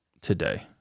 today